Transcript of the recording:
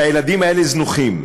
והילדים האלה זנוחים.